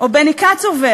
או בני קצובר,